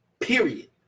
Period